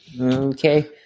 Okay